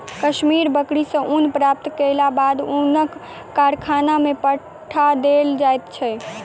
कश्मीरी बकरी सॅ ऊन प्राप्त केलाक बाद ऊनक कारखाना में पठा देल जाइत छै